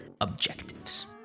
objectives